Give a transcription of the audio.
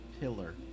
pillar